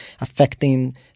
affecting